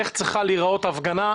איך צריכה להיראות הפגנה,